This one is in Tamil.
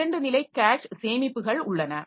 2 நிலை கேஷ் சேமிப்புகள் உள்ளன